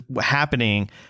happening